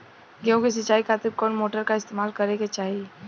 गेहूं के सिंचाई खातिर कौन मोटर का इस्तेमाल करे के चाहीं?